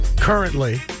Currently